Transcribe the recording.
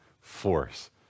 force